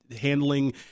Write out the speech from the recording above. handling